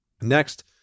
Next